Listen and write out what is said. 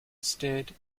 stared